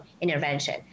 intervention